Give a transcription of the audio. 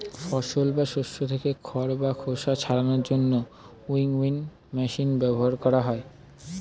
ফসল বা শস্য থেকে খড় বা খোসা ছাড়ানোর জন্য উইনউইং মেশিন ব্যবহার করা হয়